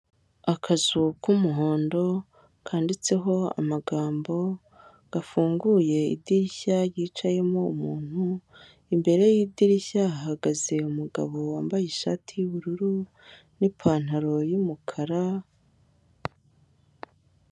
Akazu k'umuhondo kanditseho amagambo, gafunguye idirishya ryicayemo umuntu, imbere y'idirishya hahagaze umugabo wambaye ishati y'ubururu n'ipantaro y'umukara.